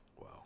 Wow